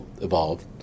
evolved